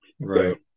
Right